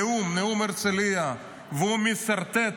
נאום הרצליה, הוא מסרטט